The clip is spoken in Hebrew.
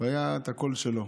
והיה הקול שלו.